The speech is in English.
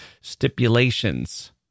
stipulations